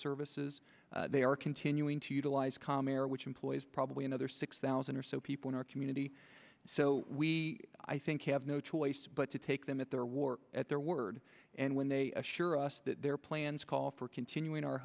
services they are continuing to utilize comair which employs probably another six thousand or so people in our community so we i think have no choice but to take them at their war at their word and when they assure us that their plans call for continuing our